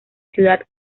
ciudad